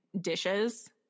dishes